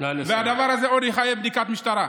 והדבר הזה עוד יחייב בדיקת משטרה.